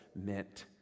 meant